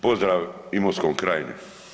Pozdrav Imotskoj krajini.